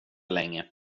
länge